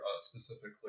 specifically